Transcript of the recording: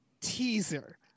teaser